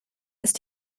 ist